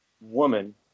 woman